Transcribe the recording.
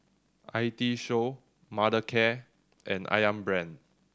I T Show Mothercare and Ayam Brand